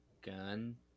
gun